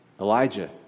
Elijah